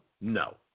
No